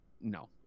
no